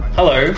Hello